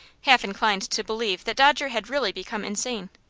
half inclined to believe that dodger had really become insane.